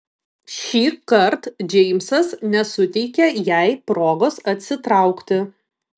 šįkart džeimsas nesuteikė jai progos atsitraukti